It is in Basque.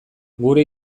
gure